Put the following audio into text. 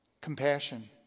Compassion